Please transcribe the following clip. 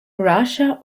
russia